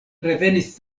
revenis